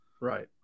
Right